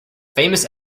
famous